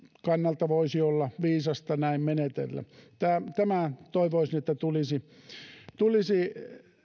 kannalta voisi olla viisasta näin menetellä toivoisin että tämä tulisi